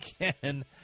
again